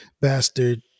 bastard